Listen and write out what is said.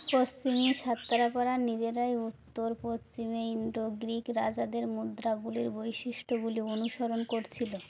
পশ্চিমি সাত্রাপরা নিজেরাই উত্তর পশ্চিমে ইন্ডো গ্রীক রাজাদের মুদ্রাগুলির বৈশিষ্ট্যগুলি অনুসরণ করছিলো